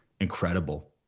incredible